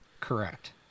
Correct